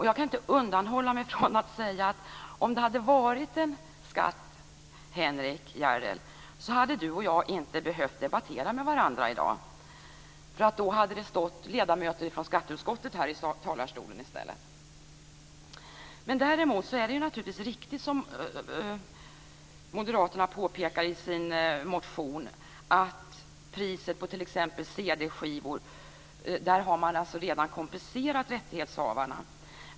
Jag kan inte undanhålla mig från att säga att om det hade varit fråga om en skatt, Henrik S Järrel, så hade vi inte behövt debattera med varandra i dag. Då hade det stått ledamöter från skatteutskottet här i talarstolen i stället. Däremot är det naturligtvis riktigt som Moderaterna påpekar i sin motion att i priset på t.ex. CD skivor har man redan kompenserat rättighetshavarna.